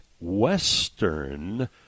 Western